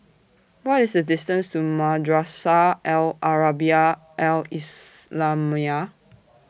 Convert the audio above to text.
What IS The distance to Madrasah Al Arabiah Al Islamiah